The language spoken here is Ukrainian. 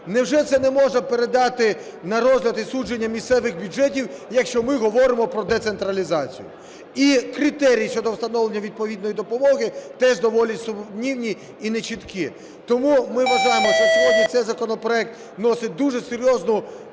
Невже це не можна передати на розгляд і судження місцевих бюджетів, якщо ми говоримо про децентралізацію? І критерії щодо встановлення відповідної допомоги теж доволі сумнівні і нечіткі. Тому ми вважаємо, що сьогодні цей законопроект носить дуже серйозну